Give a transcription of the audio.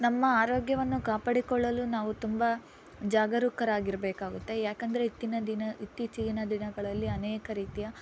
ನಮ್ಮ ಆರೋಗ್ಯವನ್ನು ಕಾಪಾಡಿಕೊಳ್ಳಲು ನಾವು ತುಂಬ ಜಾಗರೂಕರಾಗಿರಬೇಕಾಗುತ್ತೆ ಯಾಕೆಂದರೆ ಇತ್ತಿನ ದಿನ ಇತ್ತೀಚಿನ ದಿನಗಳಲ್ಲಿ ಅನೇಕ ರೀತಿಯ